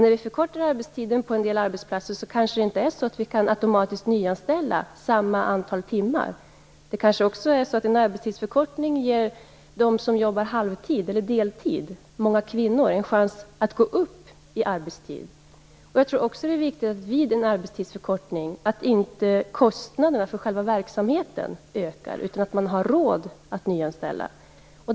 När arbetstiden förkortas på en del arbetsplatser kanske vi inte automatiskt kan nyanställa människor på samma antal timmar. Det kanske också är så att en arbetstidsförkortning ger dem som jobbar halvtid eller deltid - många kvinnor - en chans att gå upp i arbetstid. Jag tror också att det är viktigt att inte kostnaden för själva verksamheten ökar vid en arbetstidsförkortning, utan att man har råd att nyanställa.